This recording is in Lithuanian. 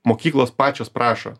mokyklos pačios prašo